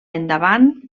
endavant